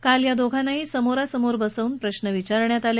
काल या दोघांनाही समोरासमोर बसवून प्रश्न विचारण्यात आले